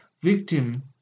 victim